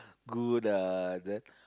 good ah and then